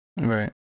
right